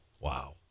wow